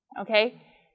Okay